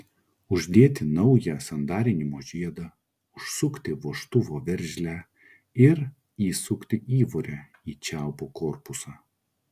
uždėti naują sandarinimo žiedą užsukti vožtuvo veržlę ir įsukti įvorę į čiaupo korpusą